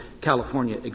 California